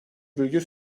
virgül